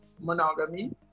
monogamy